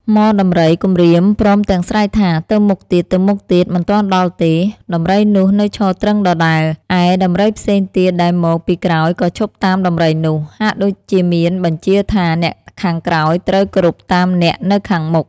ហ្មដំរីគំរាមព្រមទាំងស្រែកថា ទៅមុខទៀតៗ! មិនទាន់ដល់ទេ! ដំរីនោះនៅឈរទ្រឹងដដែល ឯដំរីផ្សេងទៀតដែលមក ពីក្រោយក៏ឈប់តាមដំរីនោះ ហាក់ដូចជាមានបញ្ជាថាអ្នកខាងក្រោយត្រូវ គោរពតាមអ្នកនៅខាងមុខ ។